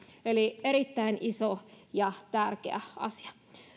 eli erittäin iso ja tärkeä asia